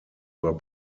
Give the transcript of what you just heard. were